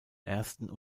ersten